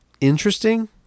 interesting